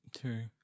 True